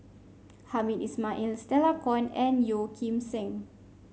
Hamed Ismail Stella Kon and Yeo Kim Seng